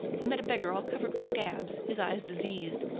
he met a beggar all covered with scabs, his eyes diseased,